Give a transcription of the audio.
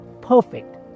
perfect